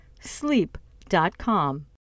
sleep.com